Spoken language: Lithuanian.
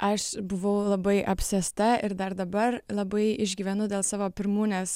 aš buvau labai apsėsta ir dar dabar labai išgyvenu dėl savo pirmūnės